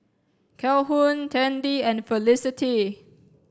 Calhoun Tandy and Felicity